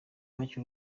make